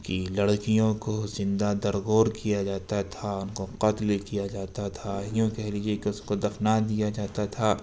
کہ لڑکیوں کو زندہ درگور کیا جاتا تھا اور قتل کیا جاتا تھا یوں کہہ لیجیے اس کو دفنا دیا جاتا تھا